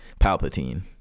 palpatine